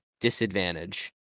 disadvantage